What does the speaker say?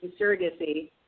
surrogacy